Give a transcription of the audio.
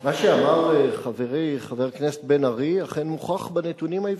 מה שאמר חברי חבר הכנסת בן-ארי אכן מוכח בנתונים היבשים,